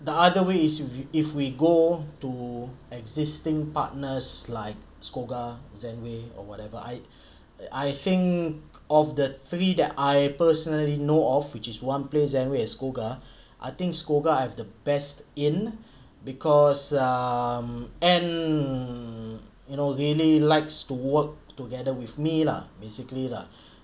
the other way is if we go to existing partners like SCOGA zenway or whatever I I I think of the three that I personally know of which is one place zenway and SCOGA I think SCOGA have the best in because um and you know really likes to work together with me lah basically lah